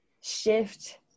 shift